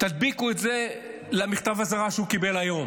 תדביקו את זה למכתב האזהרה שהוא קיבל היום.